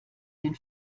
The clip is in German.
den